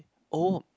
oh